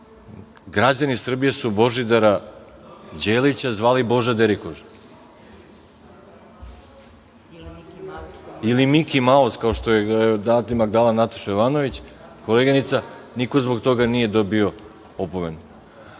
građani Srbije su Božidara Đelića zvali „Boža derikoža“ ili „Miki Maus“, kao što mu je nadimak dala Nataša Jovanović, koleginica, niko zbog toga nije dobio opomenu.U